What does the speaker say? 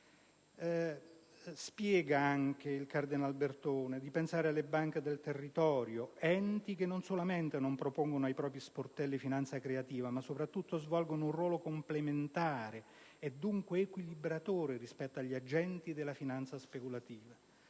Bertone suggerisce anche di pensare «alle banche del territorio (...) enti che non solamente non propongono ai propri sportelli finanza creativa, ma soprattutto svolgono un ruolo complementare, e dunque equilibratore, rispetto agli agenti della finanza speculativa».